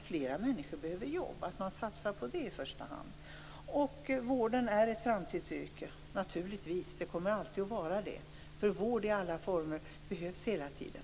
Fler människor behöver jobb och man borde satsa på det i första hand. Vården är ett framtidsyrke och kommer alltid att vara det. Vård i alla former behövs hela tiden.